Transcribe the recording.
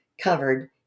covered